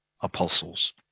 apostles